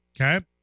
okay